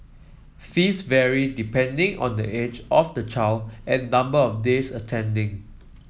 fees vary depending on the age of the child and number of days attending